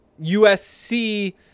USC